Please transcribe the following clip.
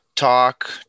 talk